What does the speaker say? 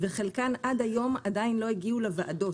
וחלקן עד היום עדין לא הגיעו לוועדות.